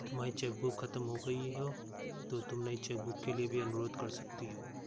तुम्हारी चेकबुक खत्म हो गई तो तुम नई चेकबुक के लिए भी अनुरोध कर सकती हो